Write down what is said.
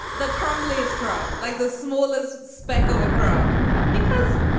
the crumley is krum like the smallest speck of a crumb because,